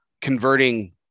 Converting